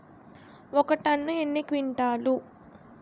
ఒక టన్ను ఎన్ని క్వింటాల్లు?